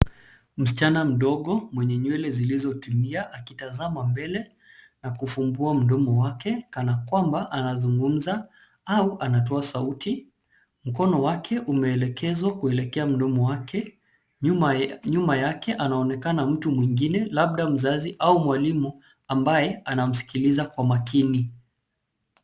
Msichana mdogo mwenye nywele zilizotimia, akitazama mbele na kufumbua mdomo wake kana kwamba anazungumza au anatoa sauti. Mkono wake umeelekezwa kuelekea mdomo wake. Nyuma yake anaonekana mtu mwingine labda mzazi au mwalimu ambaye anamsikiliza kwa makini.